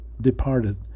departed